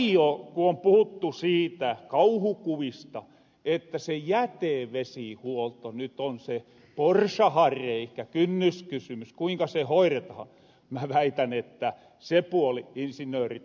ja paljo ku on puhuttu siitä kauhukuvasta että se jätevesihuolto nyt on se porsahanreikä kynnyskysymys kuinka se hoiretahan niin mä väitän että sen puolen insinöörit on aikaa sitten jo ratkassu